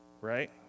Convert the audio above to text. Right